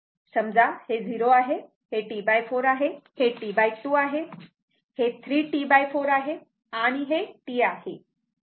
समजा हे 0 आहे हे T4 आहे हे T2 आहे हे 3T4 आहे आणि हे T आहे